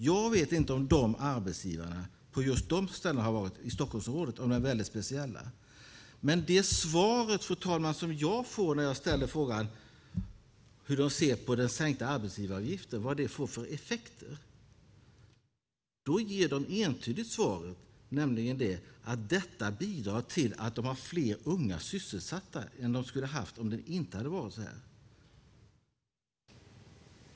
Jag vet inte om arbetsgivarna på just de ställen där jag har varit, i Stockholmsområdet, är speciella. Men det entydiga svar som jag får, fru talman, när jag ställer frågan om hur de ser på den sänkta arbetsgivaravgiften och vad det får för effekter är att detta bidrar till att de har fler unga sysselsatta än de skulle ha haft om det inte hade varit så här.